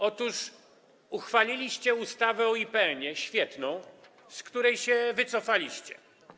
Otóż uchwaliliście ustawę o IPN-ie, świetną, z której się wycofaliście.